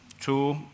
two